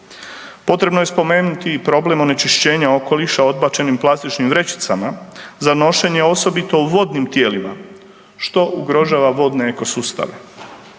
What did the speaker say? Potrebno je spomenuti i problem onečišćenja okoliša odbačenim plastičnim vrećicama za nošenje osobito u vodnim tijelima što ugrožava vodne ekosustave.